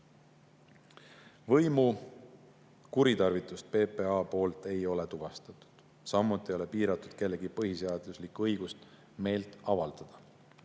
Võimu kuritarvitust PPA poolt ei ole tuvastatud, samuti ei ole piiratud kellegi põhiseaduslikku õigust meelt avaldada.